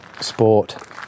sport